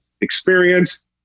experience